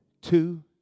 Two